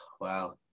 wow